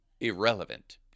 irrelevant